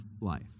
life